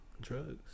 Drugs